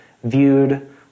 viewed